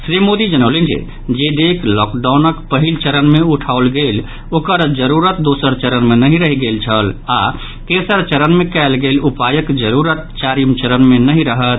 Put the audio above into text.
श्री मोदी जनौलनि जे जे डेग लॉकडाउन पहिल चरण मे उठाओल गेल ओकर जरूरत दोसर चरण में नहि रहि गेल छल आओर तेसर चरण मे कयल गेल उपायक जरूरत चारिम चरम मे नहि रहत